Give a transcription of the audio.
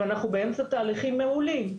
ואנחנו באמצע תהליכים מעולים.